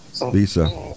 Lisa